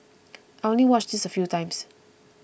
I only watched this a few times